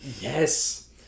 yes